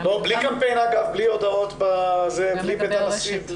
בלי קמפיין, בלי הודעות, בלי בית הנשיא.